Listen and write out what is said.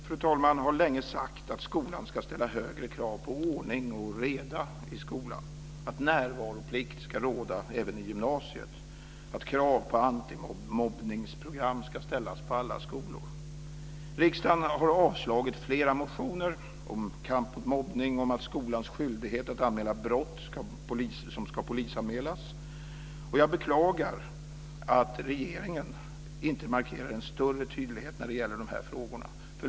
Folkpartiet har länge sagt att skolan ska ställa högre krav på ordning och reda i skolan, att närvaroplikt ska råda även i gymnasiet och att krav på antimobbningsprogram ska ställas på alla skolor. Riksdagen har avslagit flera motioner om kamp mot mobbning och om skolans skyldighet att anmäla brott som ska polisanmälas. Jag beklagar att regeringen inte markerar en större tydlighet när det gäller de här frågorna.